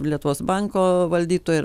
lietuvos banko valdytoją ir